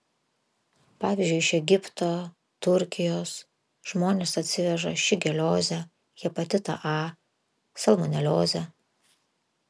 pavyzdžiui iš egipto turkijos žmonės atsiveža šigeliozę hepatitą a salmoneliozę